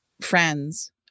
friends